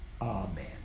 Amen